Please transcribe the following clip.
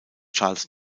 charles